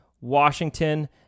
Washington